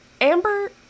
Amber